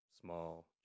small